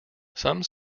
some